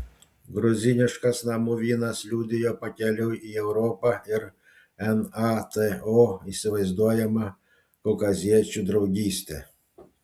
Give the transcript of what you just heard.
gruziniškas namų vynas liudijo pakeliui į europą ir nato įsivaizduojamą kaukaziečių draugystę